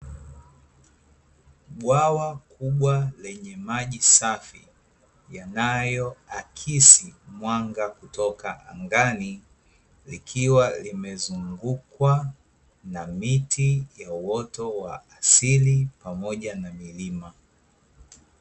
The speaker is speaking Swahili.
Bwawa kubwa lenye maji safi, yanayoakisi mwanga kutoka angani, likiwa limezungukwa na miti ya uoto wa asili pamoja na milima.